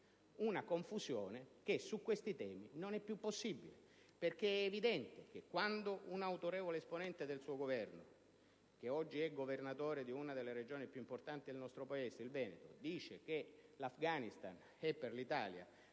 una confusione che su questi temi non è più possibile. È evidente infatti che, quando un autorevole ex esponente del suo Governo, che oggi è Governatore di una delle Regioni più importanti del nostro Paese, il Veneto, dice che l'Afghanistan è per l'Italia